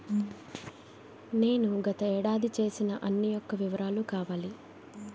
నేను గత ఏడాది చేసిన అన్ని యెక్క వివరాలు కావాలి?